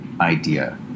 idea